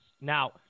Now